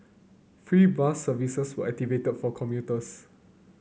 free bus services were activated for commuters